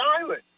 island